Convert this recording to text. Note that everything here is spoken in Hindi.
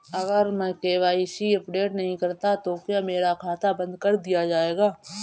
अगर मैं के.वाई.सी अपडेट नहीं करता तो क्या मेरा खाता बंद कर दिया जाएगा?